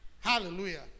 Hallelujah